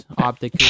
Optic